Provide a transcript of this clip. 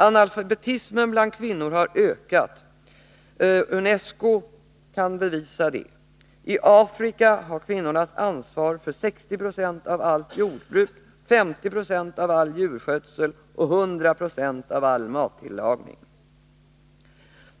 —- Analfabetismen bland kvinnor har ökat — UNESCO kan bevisa det. - I Afrika har kvinnorna ansvar för 60 90 av allt jordbruk, 50 96 av all djurskötsel och 100 26 av mattillagningen — den uppgiften kommer från ILO.